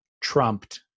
trumped